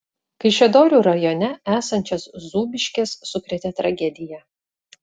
kaišiadorių rajone esančias zūbiškes sukrėtė tragedija